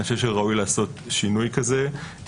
אני חושב שראוי לעשות שינוי כזה.